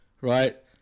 right